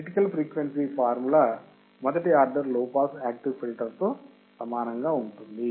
critical frequency formula మొదటి order లో pass active ఫిల్టర్తో సమానంగా ఉంటుంది